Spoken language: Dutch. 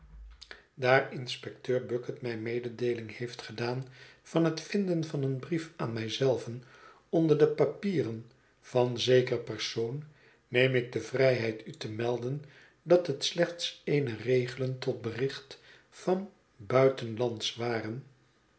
daar inspecteur bucket mij mededeeling heeft gedaan van het vinden van een brief aan mij zelven onder de papieren van zeker persoon neem ik de vrijheid u te melden dat het slechts eenige regelen tot bericht van buitenslands waren